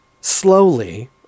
slowly